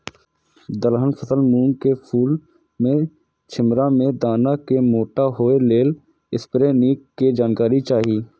दलहन फसल मूँग के फुल में छिमरा में दाना के मोटा होय लेल स्प्रै निक के जानकारी चाही?